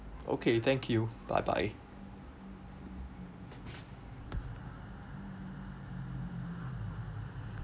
okay thank you bye bye